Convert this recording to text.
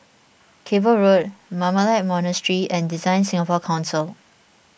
Cable Road Carmelite Monastery and Design Singapore Council